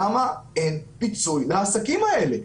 למה אין פיצוי לעסקים האלה?